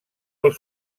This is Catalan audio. els